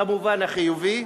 במובן החיובי.